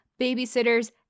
babysitters